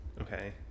Okay